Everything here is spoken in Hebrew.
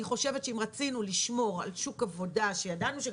אני חושבת שאם רצינו לשמור על שוק עבודה שידענו גם